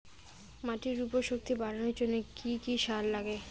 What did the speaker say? মাটির উর্বর শক্তি বাড়ানোর জন্য কি কি সার লাগে?